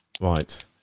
Right